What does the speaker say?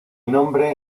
nombre